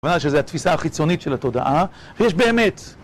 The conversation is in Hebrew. זאת אומרת שזו התפיסה החיצונית של התודעה, ויש באמת...